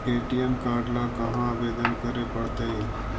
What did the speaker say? ATM card ल कहा आवेदन करे पड़तै?